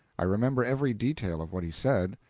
i remember every detail of what he said,